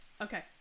Okay